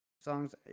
songs